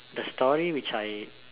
the story which I